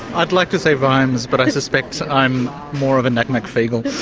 i'd like to say vimes, but i suspect i'm more of a nac mac feegle.